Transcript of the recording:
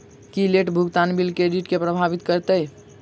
की late भुगतान bill credit केँ प्रभावित करतै?